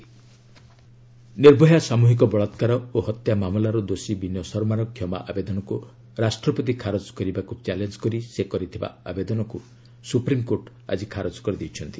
SC Nirbhaya Nirbhaya ସାମ୍ରହିକ ବଳାକାର ଓ ହତ୍ୟା ମାମଲାର ଦୋଷୀ ବିନୟ ଶର୍ମାର କ୍ଷମା ଆବେଦନକୁ ରାଷ୍ଟ୍ରପତି ଖାରଜ କରିବାକୁ ଚ୍ୟାଲେଞ୍ଜ କରି ସେ କରିଥିବା ଆବେଦନକୁ ସୁପ୍ରିମ୍କୋର୍ଟ ଆଜି ଖାରଜ କରିଦେଇଛନ୍ତି